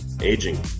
aging